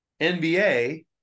NBA